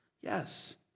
Yes